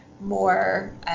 more